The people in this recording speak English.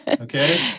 okay